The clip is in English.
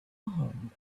home